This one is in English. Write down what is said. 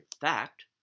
fact